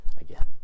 again